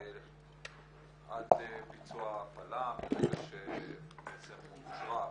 עד ביצוע ההפלה מרגע שבעצם אושרה ההפלה.